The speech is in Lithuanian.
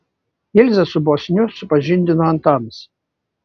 ilzę su bosniu supažindino antanas